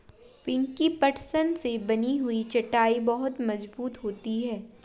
पिंकी पटसन से बनी हुई चटाई बहुत मजबूत होती है